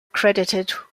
credited